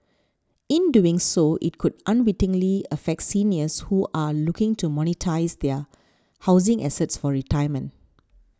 in doing so it could unwittingly affect seniors who are looking to monetise their housing assets for retirement